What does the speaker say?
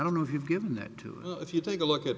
don't know if you've given it to if you take a look at